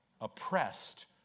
Oppressed